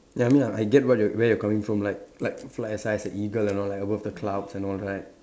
like I mean I I get what you where you're coming from like like fly as high as a eagle like above the clouds and all right